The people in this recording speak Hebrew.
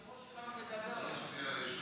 היושב-ראש שלנו מדבר עכשיו.